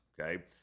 okay